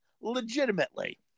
legitimately